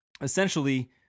Essentially